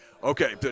Okay